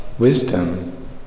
wisdom